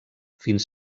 fins